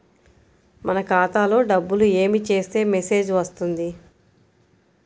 మన ఖాతాలో డబ్బులు ఏమి చేస్తే మెసేజ్ వస్తుంది?